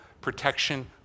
protection